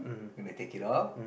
gonna take it out